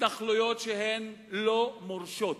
התנחלויות שהן לא מורשות,